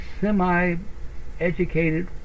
semi-educated